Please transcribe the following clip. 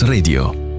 radio